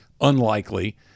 unlikely